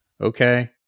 Okay